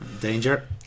Danger